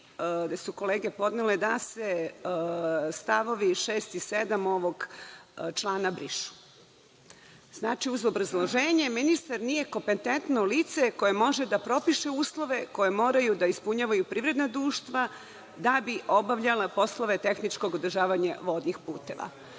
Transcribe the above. koje su kolege podnele, da se st. 6. i 7. ovog člana brišu, znači, uz obrazloženje, ministar nije kompetentno lice koje može da propiše uslove koje moraju da ispunjavaju privredna društva da bi obavljala poslove tehničkog održavanje vodnih puteva.